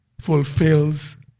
fulfills